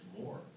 more